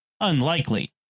unlikely